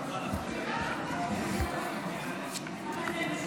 חבריי חברי הכנסת, אני הבנתי שיש